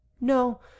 no